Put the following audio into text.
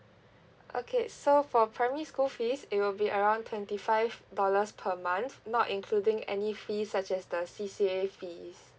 okay so for primary school fees it will be around twenty five dollars per month not including any fees such as the C_C_A fees